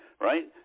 Right